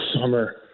summer